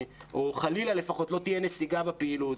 חלילה, לפחות לא תהיה נסיגה בפעילות.